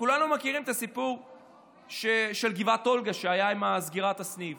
כולנו מכירים את הסיפור שהיה עם סגירת הסניף